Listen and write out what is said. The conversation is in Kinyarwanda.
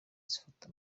zifata